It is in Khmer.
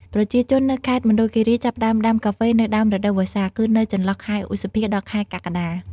ប្រជាជននៅខេត្តមណ្ឌលគិរីចាប់ផ្តើមដាំកាហ្វេនៅដើមរដូវវស្សា គឺនៅចន្លោះខែឧសភា ដល់ខែកក្កដា។